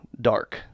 dark